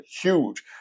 Huge